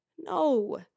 no